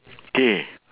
K